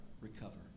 Recover